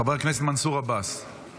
חבר הכנסת מנסור עבאס.